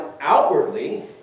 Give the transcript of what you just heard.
outwardly